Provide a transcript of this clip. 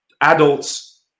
adults